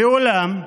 ואולם,